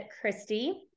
Christy